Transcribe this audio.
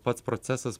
pats procesas